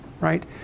right